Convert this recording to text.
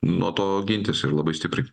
nuo to gintis ir labai stipriai